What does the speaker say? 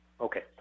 Okay